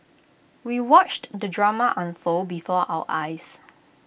we watched the drama unfold before our eyes